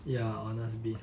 ya honest bee